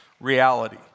reality